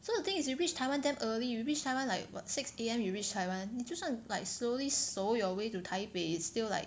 so the thing is you reach Taiwan damn early you reach Taiwan like what six A_M you reach Taiwan 你就算 like slowly soh your way to Taipei is still like